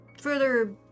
further